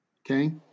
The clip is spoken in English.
Okay